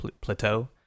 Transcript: plateau